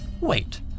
Wait